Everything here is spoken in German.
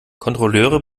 kontrolleure